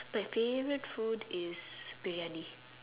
my favourite food is briyani